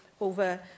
over